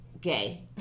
gay